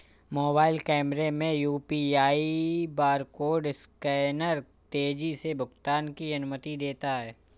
mobile कैमरे में UPI barcode scanner तेजी से भुगतान की अनुमति देता है